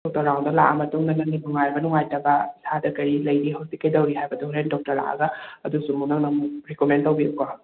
doctor ꯔꯥꯎꯟꯗꯣ ꯂꯥꯛꯂ ꯃꯇꯨꯡ ꯅꯪꯒꯤ ꯅꯨꯡꯉꯥꯏꯕ ꯅꯨꯡꯉꯥꯏꯇꯕ ꯏꯁꯥꯗ ꯀꯔꯤ ꯂꯩꯒꯦ ꯈꯣꯠꯀꯦ ꯀꯩꯗꯧꯔꯤ ꯍꯥꯏꯕꯗꯨ ꯍꯧꯔꯦꯟ ꯗꯣꯛꯇꯔ ꯂꯥꯛꯂꯒ ꯑꯗꯨꯁꯨꯝ ꯅꯪꯅꯃꯨꯛ ꯔꯤꯀꯣꯃꯦꯟ ꯇꯧꯕꯤꯌꯨꯀꯣ